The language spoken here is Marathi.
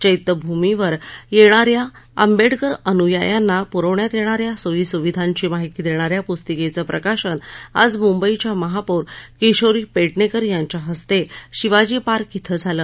चैत्यभूमीवर येणाऱ्या आंबेडकर अनुयायांना पुरवण्यात येणाऱ्या सोयी सुविधांची माहिती देणाऱ्या पुस्तिकेचं प्रकाशन आज मुंबईच्या महापौर किशोरी पेडणेकर यांच्या हस्ते शिवाजी पार्क धिं झालं